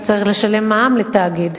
אז צריך לשלם מע"מ לתאגיד,